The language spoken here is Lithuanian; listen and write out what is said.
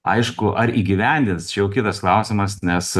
aišku ar įgyvendins čia jau kitas klausimas nes